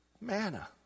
Manna